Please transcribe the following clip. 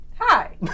Hi